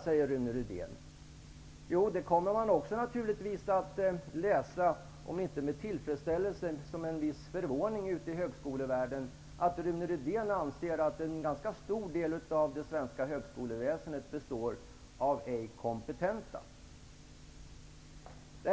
Ute i högskolevärlden kommer man naturligtvis att läsa, om inte med tillfredsställelse så med en viss förvåning, att Rune Rydén anser att en ganska stor del av det svenska högskoleväsendet består av ej kompetenta, och